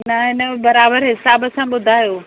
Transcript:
न न बराबरि हिसाबु सां ॿुधायो